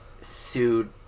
sued